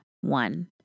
one